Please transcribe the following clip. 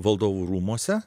valdovų rūmuose